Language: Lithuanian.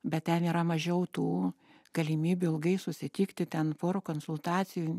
bet ten yra mažiau tų galimybių ilgai susitikti ten pora konsultacijų